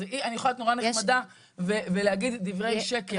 אז אני יכולה להיות נורא נחמדה ולהגיד דברי שקר.